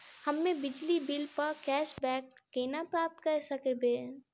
हम्मे बिजली बिल प कैशबैक केना प्राप्त करऽ सकबै?